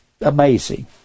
amazing